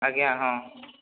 ଆଜ୍ଞା ହଁ